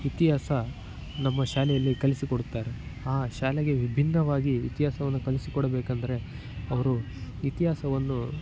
ಇತಿಹಾಸ ನಮ್ಮ ಶಾಲೆಯಲ್ಲಿ ಕಲಿಸಿಕೊಡುತ್ತಾರೆ ಆ ಶಾಲೆಗೆ ವಿಭಿನ್ನವಾಗಿ ಇತಿಹಾಸವನ್ನು ಕಲಿಸಿ ಕೊಡಬೇಕೆಂದರೆ ಅವರು ಇತಿಹಾಸವನ್ನು